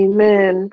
Amen